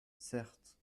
certes